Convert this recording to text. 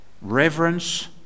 Reverence